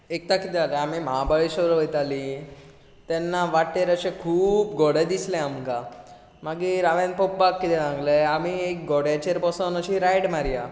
एकदां कितें जालें आमी महाबळेश्वर वयतालीं तेन्ना वाटेर अशे खूब घोडे दिसले आमकां मागीर हांवेन पप्पाक कितें सांगलें आमी एक घोड्याचेर बसून अशी रायड मारया